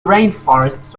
rainforests